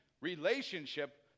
relationship